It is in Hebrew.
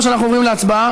או שאנחנו עוברים להצבעה?